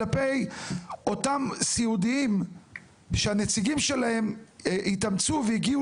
כלפי אותם סיעודיים שהנציגים שלהם התאמצו והגיעו